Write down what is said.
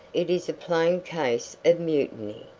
it is a plain case of mutiny,